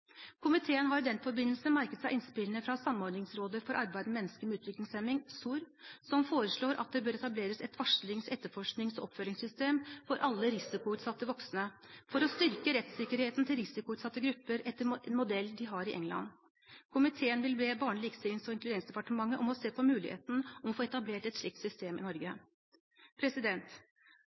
Komiteen har i den forbindelse merket seg innspillene fra Samordningsrådet for arbeid med mennesker med utviklingshemming, SOR, som foreslår at det bør etableres et varslings-, etterforsknings- og oppfølgingssystem for alle risikoutsatte voksne for å styrke rettsikkerheten til risikoutsatte grupper, etter modell fra England. Komiteen vil be Barne-, likestillings- og inkluderingsdepartementet om å se på muligheten for å få etablert et slikt system i Norge.